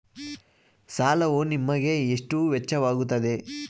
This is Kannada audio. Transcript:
ಸಾಲವು ನಿಮಗೆ ಎಷ್ಟು ವೆಚ್ಚವಾಗುತ್ತದೆ?